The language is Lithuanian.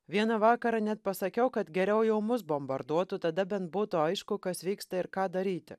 vieną vakarą net pasakiau kad geriau jau mus bombarduotų tada bent būtų aišku kas vyksta ir ką daryti